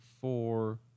four